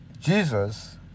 Jesus